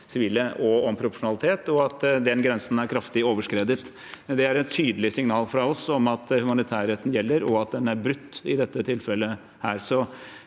sivile, om proporsjonalitet og at den grensen er kraftig overskredet. Det er et tydelig signal fra oss om at humanitærretten gjelder, og at den er brutt i dette tilfellet.